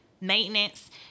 maintenance